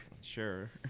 Sure